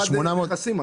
מצד נכסים,